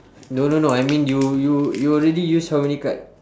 no no no I mean you you you already use how many card